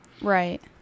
Right